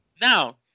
Now